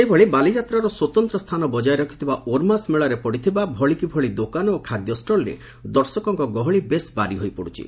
ସେହିଭଳି ବାଲିଯାତ୍ରାର ସ୍ୱତନ୍ତ ସ୍ସାନ ବଜାୟ ରଖିଥିବା ଓର୍ମାସ ମେଳାରେ ପଡିଥିବା ଭଳିକିଭଳି ଦୋକାନ ଓ ଖାଦ୍ୟଷ୍ଟଲରେ ଦର୍ଶକଙ୍ଙ ଗହଳି ବେଶ୍ ବାରି ହୋଇପଡ୍ରଛି